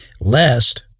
Lest